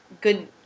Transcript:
good